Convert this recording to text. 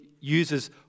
uses